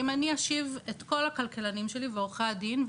אם אני אושיב את כל הכלכלנים שלי ועורכי הדין,